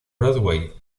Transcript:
broadway